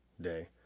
Day